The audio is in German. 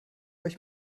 euch